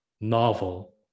novel